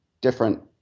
different